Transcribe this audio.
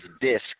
disc